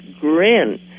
grin